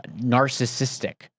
narcissistic